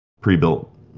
pre-built